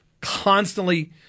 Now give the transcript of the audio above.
constantly